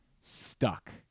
stuck